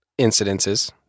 incidences